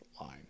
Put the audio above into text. line